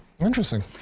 Interesting